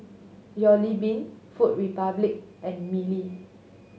Jollibean Food Republic and Mili